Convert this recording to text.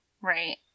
Right